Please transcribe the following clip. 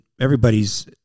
everybody's